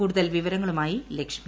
കൂടുതൽ വിവരങ്ങളുമായി ലക്ഷ്മി